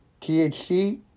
THC